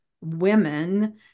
women